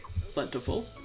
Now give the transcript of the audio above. plentiful